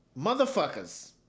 motherfuckers